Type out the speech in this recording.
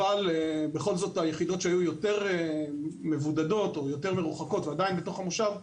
אבל בכל זאת היחידות שהיו יותר מבודדות או מרוחקות ועדיין בתוך המושב,